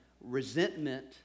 resentment